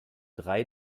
drei